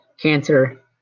cancer